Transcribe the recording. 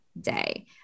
day